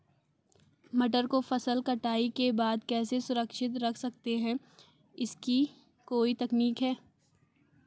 मटर को फसल कटाई के बाद कैसे सुरक्षित रख सकते हैं इसकी कोई तकनीक है?